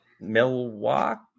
Milwaukee